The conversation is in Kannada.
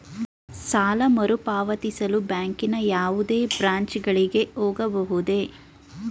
ಸಾಲ ಮರುಪಾವತಿಸಲು ಬ್ಯಾಂಕಿನ ಯಾವುದೇ ಬ್ರಾಂಚ್ ಗಳಿಗೆ ಹೋಗಬಹುದೇ?